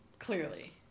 Clearly